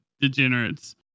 degenerates